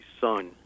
son